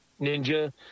Ninja